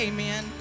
Amen